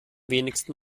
wenigsten